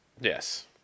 yes